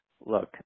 Look